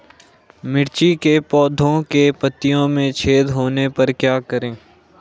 मिर्ची के पौधों के पत्तियों में छेद होने पर क्या करें?